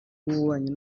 w’ububanyi